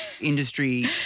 industry